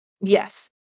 Yes